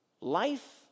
Life